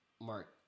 Mark